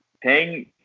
paying